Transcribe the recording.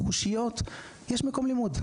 יש מקום לימוד,